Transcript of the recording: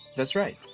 that's right.